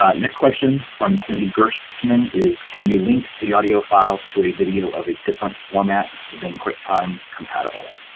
ah next question from cindy gershman is can you link the audio files to a video of a different format than quick time compatible?